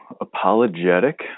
apologetic